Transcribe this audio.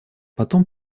потом